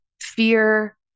fear